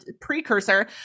precursor